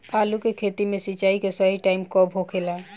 आलू के खेती मे सिंचाई के सही टाइम कब होखे ला?